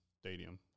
stadium